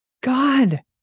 God